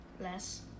less